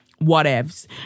whatevs